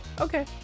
Okay